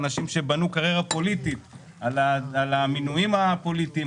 אנשים שבנו קריירה פוליטית על המינויים הפוליטיים,